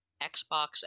Xbox